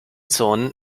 zonen